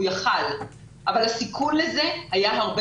הוא היה יכול להיות אבל הסיכוי לזה היה הרבה